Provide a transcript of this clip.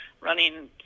Running